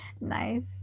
Nice